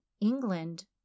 England